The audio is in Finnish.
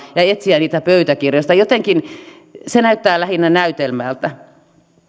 ja etsitään niitä pöytäkirjoista jotenkin se näyttää lähinnä näytelmältä